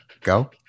go